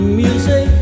music